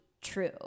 true